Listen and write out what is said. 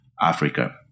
Africa